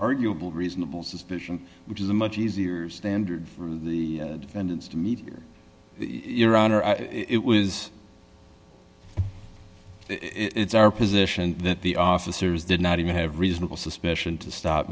arguable reasonable suspicion which is a much easier standard for the defendants to meet your honor it was it's our position that the officers did not even have reasonable suspicion to stop